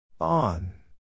On